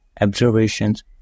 observations